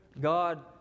God